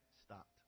stopped